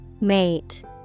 Mate